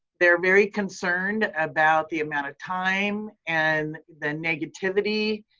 they're very concerned about the amount of time and the negativity,